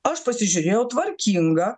aš pasižiūrėjau tvarkinga